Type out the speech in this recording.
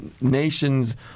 nation's